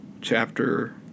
chapter